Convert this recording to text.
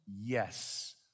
yes